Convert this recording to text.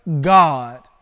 God